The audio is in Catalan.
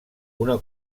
una